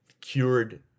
cured